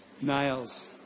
nails